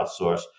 outsource